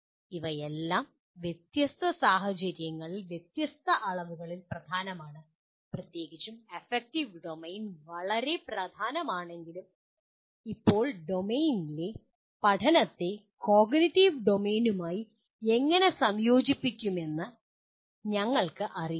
അവയെല്ലാം വ്യത്യസ്ത സാഹചര്യങ്ങളിൽ വ്യത്യസ്ത അളവുകളിൽ പ്രധാനമാണ് പ്രത്യേകിച്ചും അഫക്റ്റീവ് ഡൊമെയ്ൻ വളരെ പ്രധാനമാണെങ്കിലും ഇപ്പോൾ ഡൊമെയ്നിലെ പഠനത്തെ കോഗ്നിറ്റീവ് ഡൊമെയ്നുമായി എങ്ങനെ സംയോജിപ്പിക്കുമെന്ന് ഞങ്ങൾക്ക് അറിയില്ല